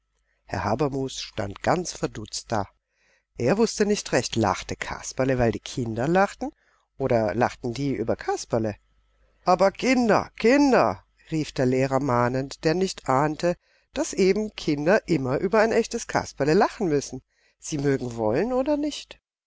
herr habermus stand ganz verdutzt da er wußte nicht recht lachte kasperle weil die kinder lachten oder lachten die über kasperle aber kinder kinder rief der lehrer mahnend der nicht ahnte daß eben kinder immer über ein echtes kasperle lachen müssen sie mögen wollen oder nicht